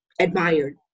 admired